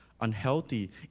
unhealthy